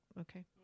Okay